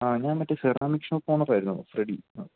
ആ ഞാൻ മറ്റെ സെറാമിക് ഷോപ്പ് ഓണറായിരുന്നു ഫ്രെഡി